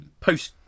post